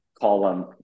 column